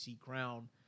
crown